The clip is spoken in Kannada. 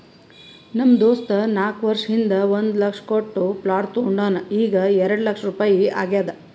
ನಮ್ ದೋಸ್ತ ನಾಕ್ ವರ್ಷ ಹಿಂದ್ ಒಂದ್ ಲಕ್ಷ ಕೊಟ್ಟ ಪ್ಲಾಟ್ ತೊಂಡಾನ ಈಗ್ಎರೆಡ್ ಲಕ್ಷ ರುಪಾಯಿ ಆಗ್ಯಾದ್